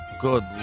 Good